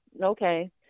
okay